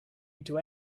into